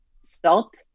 salt